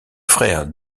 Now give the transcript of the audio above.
frère